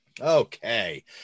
Okay